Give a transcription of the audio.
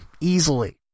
easily